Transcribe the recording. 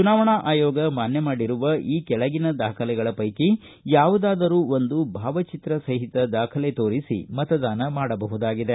ಚುನಾವಣೆ ಅಯೋಗ ಮಾನ್ನ ಮಾಡಿರುವ ಈ ಕೆಳಗಿನ ದಾಖಲೆಗಳ ಪೈಕಿ ಯಾವುದಾದರು ಒಂದು ಭಾವಚಿತ್ರ ಸಹಿತ ದಾಖಲೆ ತೋರಿಸಿ ಮತದಾನ ಮಾಡಬಹುದಾಗಿದೆ